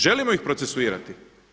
Želimo ih procesuirati.